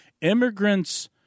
immigrants